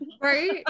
Right